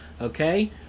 okay